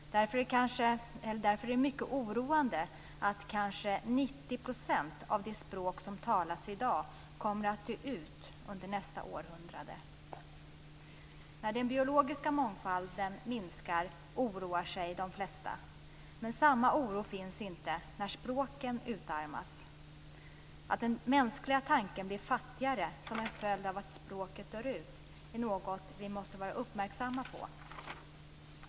Därför är det mycket oroande att kanske 90 % av de språk som talas i dag kommer att dö ut under nästa århundrade. När den biologiska mångfalden minskar oroar sig de flesta. Men samma oro finns inte när språken utarmas. Att den mänskliga tanken blir fattigare som en följd av att ett språk dör ut är något som vi måste vara uppmärksamma på.